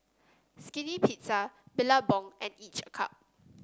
Skinny Pizza Billabong and each a cup